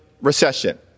recession